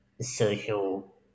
social